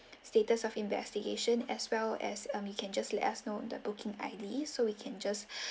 status of investigation as well as um you can just let us know the booking I_D so we can just